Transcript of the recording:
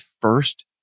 first